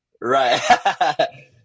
right